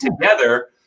together